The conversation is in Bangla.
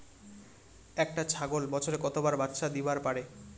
একটা ছাগল বছরে কতবার বাচ্চা দিবার পারে?